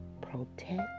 protect